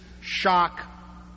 shock